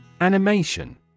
Animation